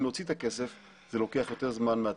להוציא את הכסף זה לוקח יותר זמן מהתכנון.